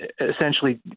essentially